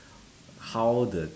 how the